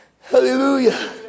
Hallelujah